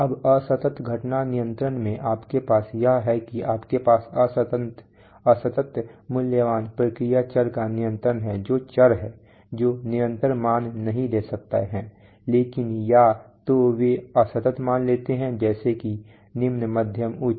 अब असतत घटना नियंत्रण में आपके पास यह है कि आपके पास असतत मूल्यवान प्रक्रिया चर का नियंत्रण है जो चर हैं जो निरंतर मान नहीं ले सकते हैं लेकिन या तो वे असतत मान लेते हैं जैसे कि निम्न मध्यम उच्च